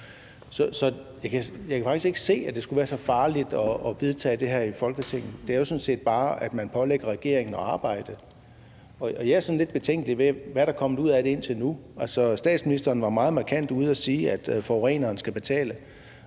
Så jeg kan faktisk ikke se, at det skulle være så farligt at vedtage det her i Folketinget. Det handler jo sådan set bare om, at man pålægger regeringen at arbejde. Jeg er sådan lidt betænkelig, i forhold til hvad der er kommet ud af det indtil nu. Statsministeren var ude at sige meget markant, at forureneren skal betale.